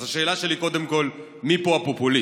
אז השאלה שלי, קודם כול: מי פה הפופוליסט?